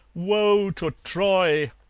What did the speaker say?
woe to troy!